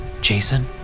Jason